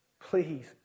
Please